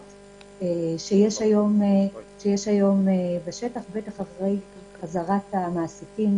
שיש היום בשטח ובטח אחרי חזרת המעסיקים,